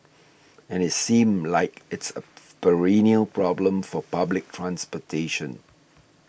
and it seems like it's a perennial problem for public transportation